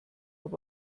sich